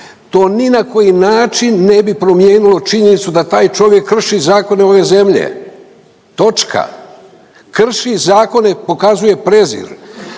to ni na koji način ne bi promijenilo činjenicu da taj čovjek krši zakone ove zemlje, točka, krši zakone i pokazuje prezir.